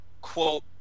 quote